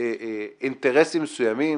אינטרסים מסוימים,